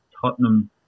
Tottenham